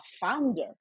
founder